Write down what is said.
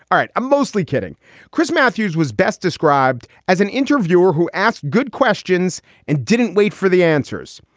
all right. i'm mostly kidding chris matthews was best described as an interviewer who asked good questions and didn't wait for the answers.